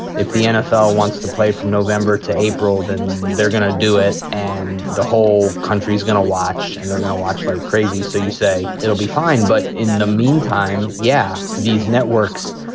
if the nfl wants to play from november to april, then they're gonna do it. and the whole country is going to watch and they're going to watch like crazy. so you say it'll be fine. but in the meantime, yeah, these networks.